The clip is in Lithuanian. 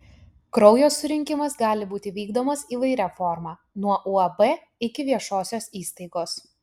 kraujo surinkimas gali būti vykdomas įvairia forma nuo uab iki viešosios įstaigos